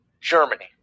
germany